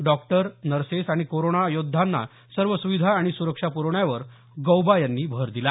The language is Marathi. डॉक्टर्स नर्सेस आणि कोरोना वॉरियर्सना सर्व सुविधा आणि सुरक्षा पुरवण्यावर गौबा यांनी भर दिला